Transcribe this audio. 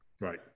Right